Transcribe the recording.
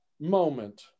moment